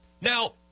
Now